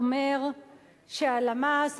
אומר שהלמ"ס,